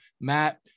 Matt